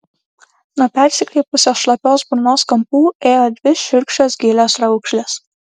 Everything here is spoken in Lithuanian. nuo persikreipusios šlapios burnos kampų ėjo dvi šiurkščios gilios raukšlės